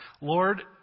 Lord